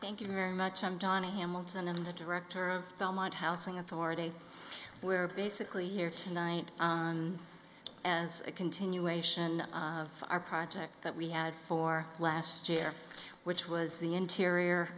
thank you very much i'm donna hamilton and the director of belmont housing authority where basically here tonight as a continuation of our project that we had for last year which was the interior